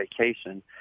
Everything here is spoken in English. vacation